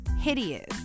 hideous